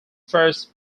first